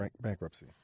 bankruptcy